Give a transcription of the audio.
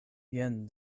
jen